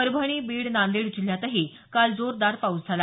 परभणी बीड नांदेड जिल्ह्यातही काल जोरदार पाऊस झाला